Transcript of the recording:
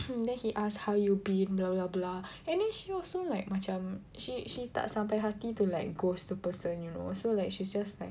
then he asked how you been blah blah blah and then she also like macam she she tak sampai hati to like ghost the person you know so like she just like